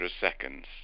seconds